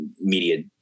media